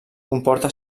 comporta